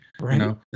Right